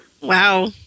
Wow